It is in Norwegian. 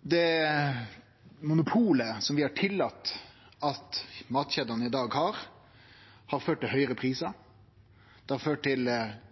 Det monopolet vi har tillate at matkjedene i dag har, har ført til høgare prisar, det har ført til